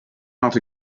not